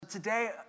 Today